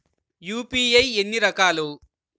UPI ఎన్ని రకాలు?